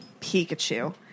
Pikachu